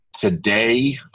Today